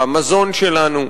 במזון שלנו.